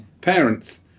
parents